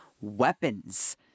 weapons